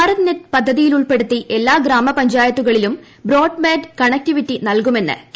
ഭാരത്നെറ്റ് പദ്ധതിയിൽപ്പെടുത്തി എല്ലാ ഗ്രാമപഞ്ചായത്തുകളിലും ബ്രോഡ്ബാൻഡ് കണക്റ്റിവിറ്റി നൽകുമെന്ന് കേന്ദ്രം